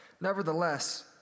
Nevertheless